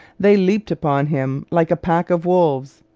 they leaped upon him like a pack of wolves.